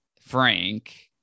Frank